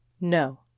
No